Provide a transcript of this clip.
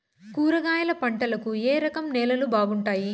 కూరగాయల పంటలకు ఏ రకం నేలలు బాగుంటాయి?